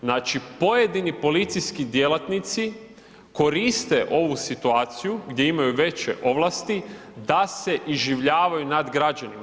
Znači pojedini policijski djelatnici koriste ovu situaciju gdje imaju veće ovlasti da se iživljavaju nad građanima.